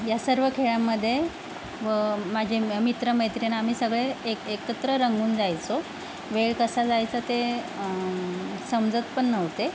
या सर्व खेळांमध्ये व माझे मित्रमैत्रीण आम्ही सगळे एक एकत्र रंगून जायचो वेळ कसा जायचा ते समजत पण नव्हते